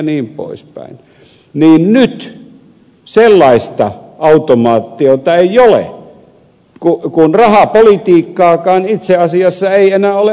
niin nyt sellaista automaatiota ei ole kun rahapolitiikkaakaan itse asiassa ei enää ole olemassakaan